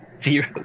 Zero